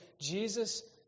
Jesus